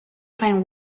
find